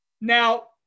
Now